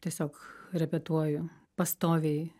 tiesiog repetuoju pastoviai